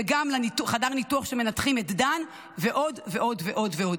וגם לחדר הניתוח שבו מנתחים את דן ועוד ועוד ועוד ועוד.